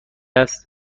است